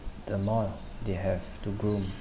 the more they have to grow